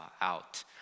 out